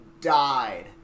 died